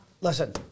listen